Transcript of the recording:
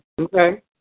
okay